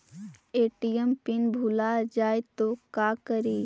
ATM PIN भुला जाए तो का करी?